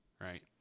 Right